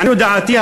לעניות דעתי,